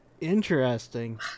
Interesting